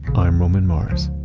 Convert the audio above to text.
i'm roman mars.